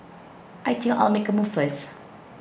I think I'll make a move first